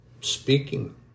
speaking